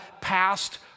past